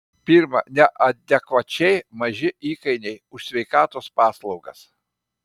pirma neadekvačiai maži įkainiai už sveikatos paslaugas